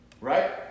right